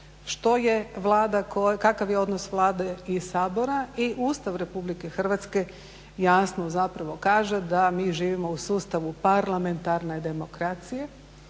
što je Vlada, kakav je odnos Vlade i Sabora i Ustav Republike Hrvatske jasno zapravo kaže da mi živimo u sustavu parlamentarne demokracije